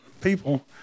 people